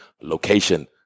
location